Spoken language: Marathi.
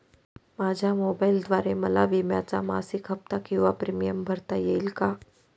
माझ्या मोबाईलद्वारे मला विम्याचा मासिक हफ्ता किंवा प्रीमियम भरता येईल का?